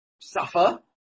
suffer